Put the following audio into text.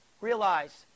realize